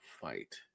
fight